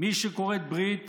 מי שכורת ברית